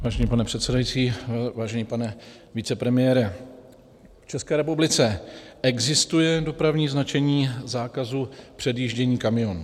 Vážený pane předsedající, vážený pane vicepremiére, v České republice existuje dopravní značení zákazu předjíždění kamionů.